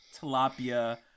tilapia